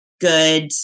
good